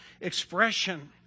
expression